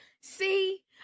see